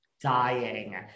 Dying